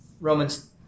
Romans